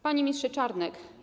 Panie Ministrze Czarnek!